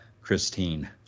Christine